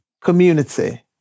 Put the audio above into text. community